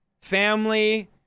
family